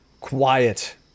Quiet